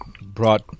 brought